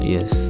Yes